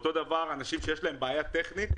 אותו דבר אנשים שיש להם בעיה טכנית.